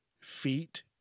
feet